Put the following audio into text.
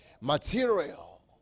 material